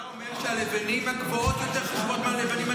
אתה אומר שהלבנים הגבוהות יותר חשובות מהלבנים הנמוכות יותר?